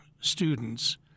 students